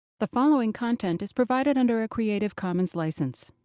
the following content is provided under a creative commons license.